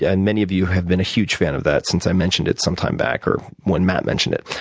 and many of you have been a huge fan of that since i mentioned it some time back, or when matt mentioned it.